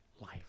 life